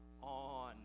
on